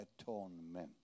atonement